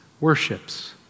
worships